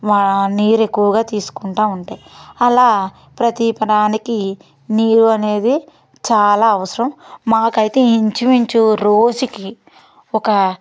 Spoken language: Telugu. నీరు ఎక్కువగా తీసుకుంటు ఉంటాయి అలా ప్రతి ప్రాణికి నీరు అనేది చాలా అవసరం మాకైతే ఇంచుమించు రోజుకి ఒక